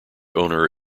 owner